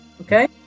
okay